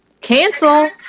Cancel